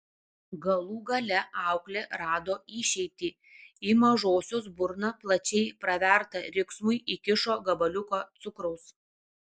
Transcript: galų gale auklė rado išeitį į mažosios burną plačiai pravertą riksmui įkišo gabaliuką cukraus